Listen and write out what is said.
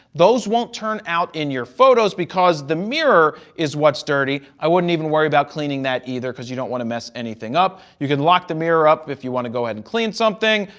those won't turn out in your photos because the mirror is what's dirty. i wouldn't even worry about cleaning that either because you don't want to mess anything up. you can lock the mirror up if you want to go ahead and clean something.